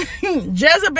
Jezebel